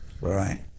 Right